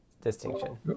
distinction